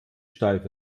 steif